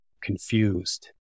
confused